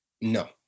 no